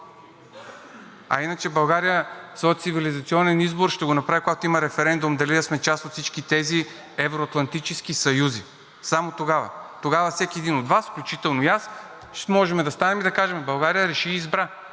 А иначе България своя цивилизационен избор ще го направи, когато има референдум дали да сме част от всички тези евро-атлантически съюзи. Само тогава. Тогава всеки един от Вас, включително и аз, ще можем да станем и да кажем: България реши и избра.